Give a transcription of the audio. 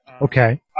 Okay